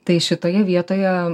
tai šitoje vietoje